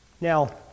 Now